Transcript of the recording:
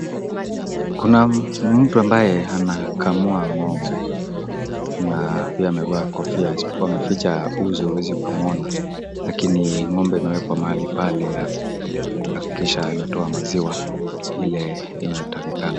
Kuna mtu ambaye anakamua ng'ombe na pia amevaa kofia kuficha uso huwezi ukamwona lakini ng'ombe amewekwa mahali pale ya kuhakikisha ametoa maziwa ile inayotakikana.